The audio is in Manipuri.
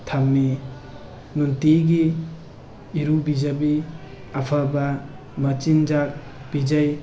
ꯊꯝꯃꯤ ꯅꯨꯡꯇꯤꯒꯤ ꯏꯔꯨꯕꯤꯖꯕꯤ ꯑꯐꯕ ꯃꯆꯤꯟꯆꯥꯛ ꯄꯤꯖꯩ